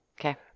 Okay